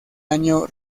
año